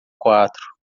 quatro